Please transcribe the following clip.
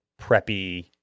preppy